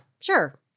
sure